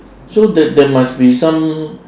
so there there must be some